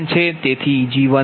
165 p